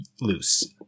loose